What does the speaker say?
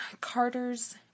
Carter's